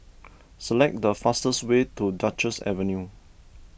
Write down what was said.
select the fastest way to Duchess Avenue